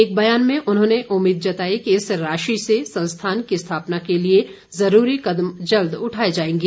एक बयान में उन्होंने उम्मीद जताई कि इस राशि से संस्थान की स्थापना के लिए ज़रूरी कदम जल्द उठाए जाएंगे